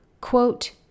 quote